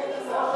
יחיאל חיליק בר,